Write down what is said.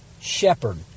shepherd